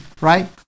right